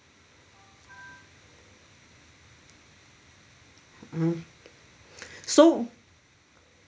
mmhmm so